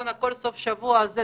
ב-14 ביוני אמור היה עולם התרבות